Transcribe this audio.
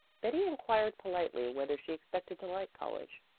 betty inquired politely whether she expected to like college.